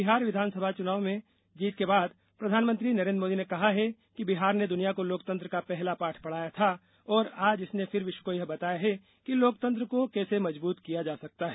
बिहार विधानसभा में जीत के बाद प्रधानमंत्री नरेन्द्र मोदी ने कहा है कि बिहार ने दुनिया को लोकतंत्र का पहला पाठ पढ़ाया था और आज इसने फिर विश्व को यह बताया है कि लोकतंत्र को कैसे मजबूत किया जा सकता है